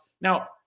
Now